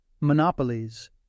Monopolies